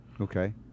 Okay